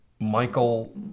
Michael